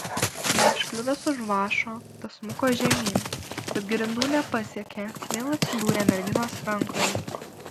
neužkliuvęs už vąšo tas smuko žemyn bet grindų nepasiekė vėl atsidūrė merginos rankoje